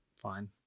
Fine